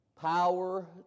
Power